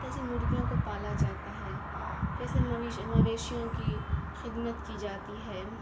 کیسے مرغیوں کو پالا جاتا ہے کیسے مویشیوں کی خدمت کی جاتی ہے